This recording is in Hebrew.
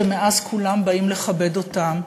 ומאז כולם באים לכבד אותם.